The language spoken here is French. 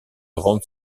rendent